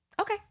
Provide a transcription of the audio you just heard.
okay